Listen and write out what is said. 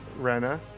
Renna